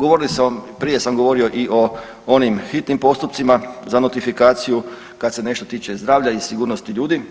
Govorio sam, prije sam govorio i o onim hitnim postupcima za notifikaciju kad se nešto tiče i zdravlja i sigurnosti ljudi